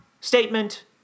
statement